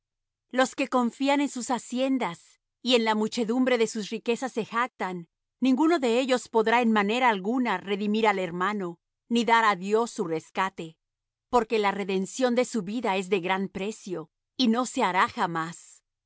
los que confían en sus haciendas y en la muchedumbre de sus riquezas se jactan ninguno de ellos podrá en manera alguna redimir al hermano ni dar á dios su rescate porque la redención de su vida es de gran precio y no se hará jamás que viva adelante para siempre y nunca vea la